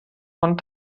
von